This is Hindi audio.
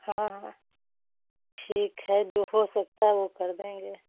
हाँ हाँ ठीक है जो हो सकता है वो कर देंगे